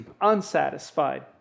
unsatisfied